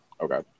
Okay